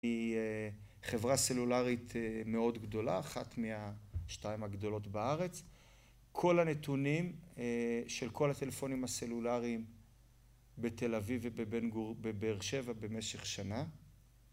היא חברה סלולרית מאוד גדולה אחת מהשתיים הגדולות בארץ כל הנתונים של כל הטלפונים הסלולריים בתל אביב ובבן גור בבאר שבע במשך שנה